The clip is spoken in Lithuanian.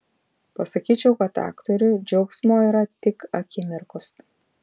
pasakyčiau kad aktoriui džiaugsmo yra tik akimirkos